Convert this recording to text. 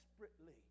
desperately